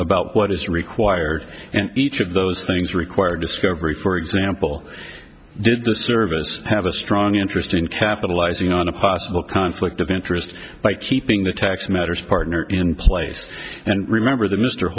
about what is required and each of those things require discovery for example did the service have a strong interest in capitalizing on a possible conflict of interest by keeping the tax matters partner in place and remember the mr